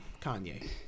Kanye